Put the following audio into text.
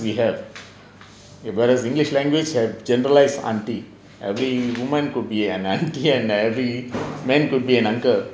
we have whereas english language have generalised auntie every woman could be an auntie and every man could be an uncle